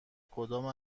کدام